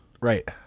Right